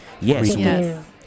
Yes